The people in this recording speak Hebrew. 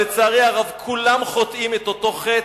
לצערי הרב, כולם חוטאים את אותו חטא,